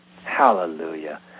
Hallelujah